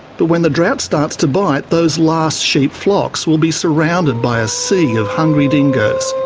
but when the drought starts to bite, those last sheep flocks will be surrounded by a sea of hungry dingoes.